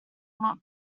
not